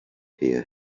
here